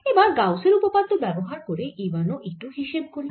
এবার গাউসের উপপাদ্য ব্যবহার করে E 1 ও E 2 হিসেব করি